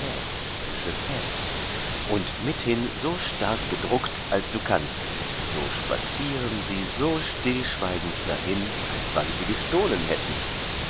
und mithin so stark gedruckt als du kannst so spazieren sie so stillschweigends dahin als wann sie gestohlen hätten